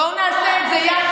בואו נעשה את זה יחד.